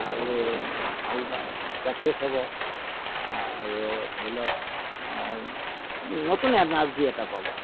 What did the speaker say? আৰু ভাল চাকচেছ হ'ব আৰু ধৰি লওক নতুন এনাৰ্জি এটা পাব তেওঁ